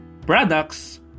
Products